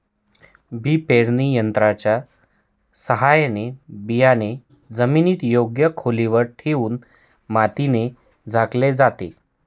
बी पेरणी यंत्राच्या साहाय्याने बियाणे जमिनीत योग्य खोलीवर ठेवून मातीने झाकले जाते